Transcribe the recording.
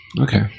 Okay